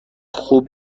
خوب